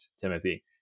Timothy